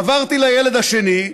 עברתי לילד השני,